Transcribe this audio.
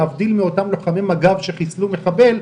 להבדיל מאותם לוחמי מג"ב שחיסלו מחבל,